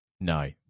No